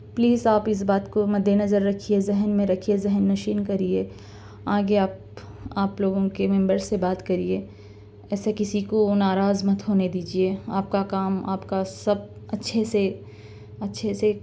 please آپ اِس بات کو مدِ نظر رکھیے ذہن میں رکھیے ذہن نشین کرئیے آگے آپ آپ لوگوں کے ممبر سے بات کریے ایسے کسی کو ناراض مت ہونے دیجیے آپ کا کام آپ کا سب اچھے سے اچھے سے